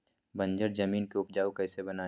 बंजर जमीन को उपजाऊ कैसे बनाय?